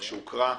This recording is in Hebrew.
שהוקרא.